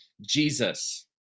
Jesus